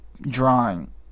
drawing